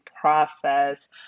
process